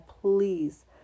please